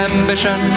ambition